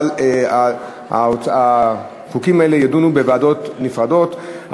אבל החוקים האלה יידונו בוועדות נפרדות,